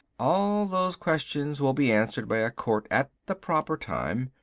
all those questions will be answered by a court at the proper time.